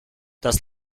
das